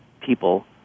people